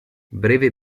breve